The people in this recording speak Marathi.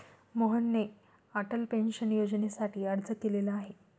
मोहनने अटल पेन्शन योजनेसाठी अर्ज केलेला आहे